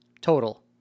total